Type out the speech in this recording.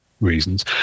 reasons